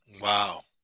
Wow